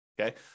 okay